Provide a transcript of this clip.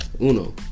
Uno